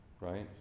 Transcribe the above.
right